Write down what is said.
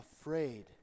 afraid